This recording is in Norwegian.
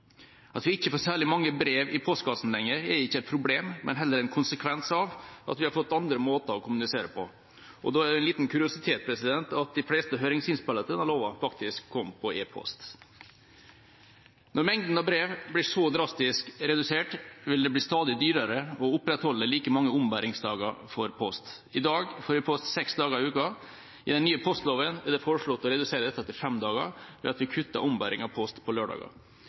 At vi ikke får særlig mange brev i postkassen lenger, er ikke et problem, men heller en konsekvens av at vi har fått andre måter å kommunisere på. Da er det en liten kuriositet at de fleste høringsinnspillene til denne loven faktisk kom på e-post. Når mengden av brev blir så drastisk redusert, vil det bli stadig dyrere å opprettholde like mange dager for ombæring av post. I dag får jeg post seks dager i uka. I den nye postloven er det foreslått å redusere dette til fem dager, ved at vi kutter ombæring av post på lørdager.